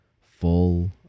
full